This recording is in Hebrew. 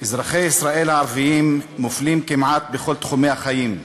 אזרחי ישראל הערבים מופלים כמעט בכל תחומי החיים,